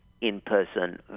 in-person